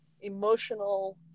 emotional